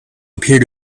appeared